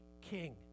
king